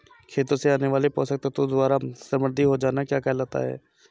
खेतों से आने वाले पोषक तत्वों द्वारा समृद्धि हो जाना क्या कहलाता है?